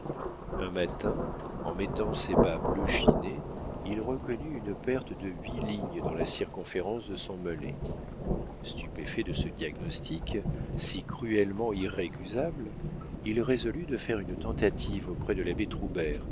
un matin en mettant ses bas bleus chinés il reconnut une perte de huit lignes dans la circonférence de son mollet stupéfait de ce diagnostic si cruellement irrécusable il résolut de faire une tentative auprès de